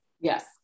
yes